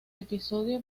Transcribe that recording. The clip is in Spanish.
episodio